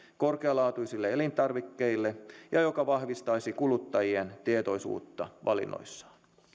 korkealaatuisille elintarvikkeille ja joka vahvistaisi kuluttajien tietoisuutta valinnoissaan